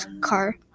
car